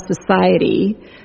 society